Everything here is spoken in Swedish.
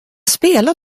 spela